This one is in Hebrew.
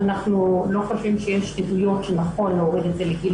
אנחנו לא חושבים שיש עדויות שנכון להוריד את זה לגיל